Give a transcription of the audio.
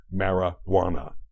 marijuana